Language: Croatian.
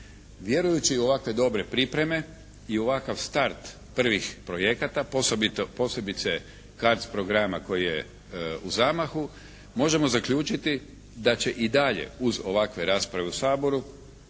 Vjerujući u ovakve dobre pripreme i u ovakav start prvih projekata posebice CARDS programa koji je u zamahu možemo zaključiti da će i dalje uz ovakve rasprave u Saboru